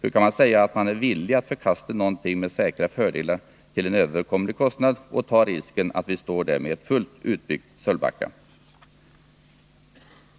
Hur kan man säga att man är villig att förkasta någonting med säkra fördelar till en överkomlig kostnad och ta risken att vi står där med ett fullt utbyggt Sölvbacka?